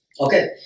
Okay